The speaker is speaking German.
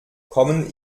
kommen